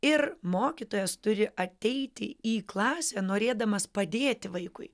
ir mokytojas turi ateiti į klasę norėdamas padėti vaikui